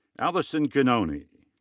allison giannone.